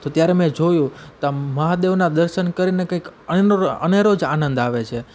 તો ત્યારે મે જોયું તો આમ મહાદેવનાં દર્શન કરીને કંઇક અનેરો જ આનંદ આવે છે